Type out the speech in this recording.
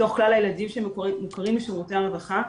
מתוך כלל הילדים שמוכרים לשירותי הרווחה,